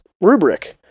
rubric